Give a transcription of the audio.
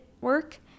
work